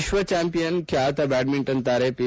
ವಿಕ್ಷ champion ಖ್ಲಾತ ಬ್ಲಾಂಡ್ಸಿಟನ್ ತಾರೆ ಪಿ